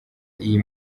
iyi